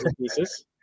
pieces